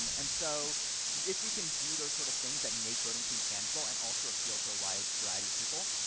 um and so if we can do those sort of things that make voting seem tangible and also appeal to a wide variety of people,